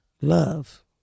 Love